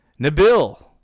nabil